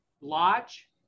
lodge